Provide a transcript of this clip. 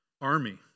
army